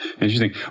Interesting